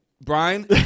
Brian